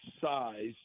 size